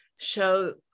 show